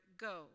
go